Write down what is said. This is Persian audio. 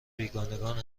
بیگانگان